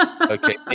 Okay